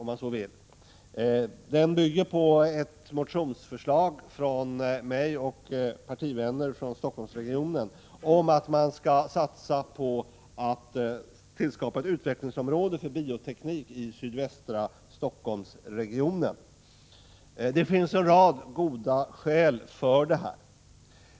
Denna reservation bygger på ett motionsförslag från mig och några partivänner från Stockholmsregionen och handlar om att man skall satsa på att tillskapa ett utvecklingsområde för bioteknik i sydvästra Stockholmsregionen. Det finns en rad goda skäl för detta.